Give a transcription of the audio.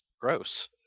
Gross